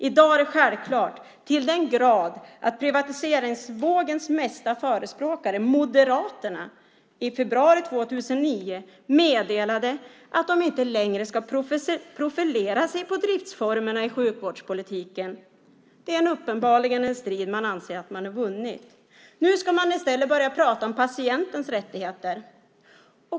I dag är det självklart till den grad att privatiseringsvågens mesta förespråkare, Moderaterna, i februari 2009 meddelade att de inte längre ska profilera sig på driftsformerna i sjukvårdspolitiken. Det är uppenbarligen en strid som man anser att man har vunnit. Nu ska man i stället börja prata om patientens rättigheter.